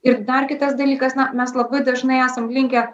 ir dar kitas dalykas na mes labai dažnai esam linkę